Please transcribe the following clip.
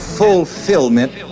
fulfillment